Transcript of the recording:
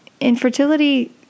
infertility